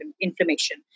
inflammation